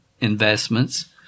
investments